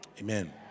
Amen